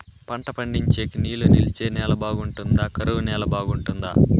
పంట పండించేకి నీళ్లు నిలిచే నేల బాగుంటుందా? కరువు నేల బాగుంటుందా?